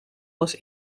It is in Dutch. was